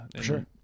Sure